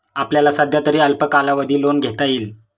आपल्याला सध्यातरी अल्प कालावधी लोन घेता येईल